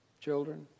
children